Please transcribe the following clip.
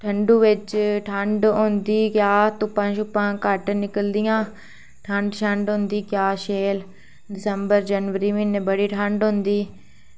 ठंडू बिच ठंड होंदी क्या धुप्पां घट्ट निकलदियां ठंड होंदी क्या शैल दिसंबर जनवरी म्हीनै बड़ी ठंड होंदी